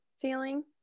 feeling